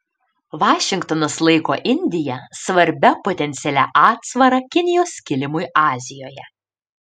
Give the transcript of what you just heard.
vašingtonas laiko indiją svarbia potencialia atsvara kinijos kilimui azijoje